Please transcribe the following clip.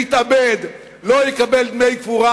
שמתאבד לא יקבל דמי קבורה,